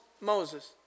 Moses